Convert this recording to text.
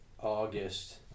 August